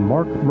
Mark